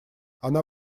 она